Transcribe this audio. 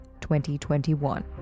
2021